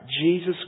Jesus